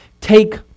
Take